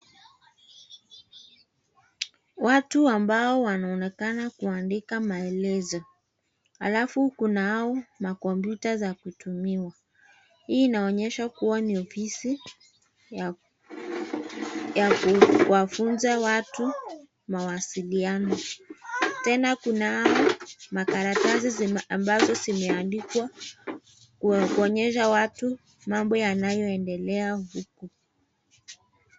Watu ambao wanaonekana kuandika maelezo. Alafu kunao makompyuta za kutumiwa, hii inaonyesha kuwa ni ofisi ya kuwafunza watu mawasiliano. Tena kuna makaratasi ambazo zimeandikwa kuonyesha watu mambo yanayoendelea huku.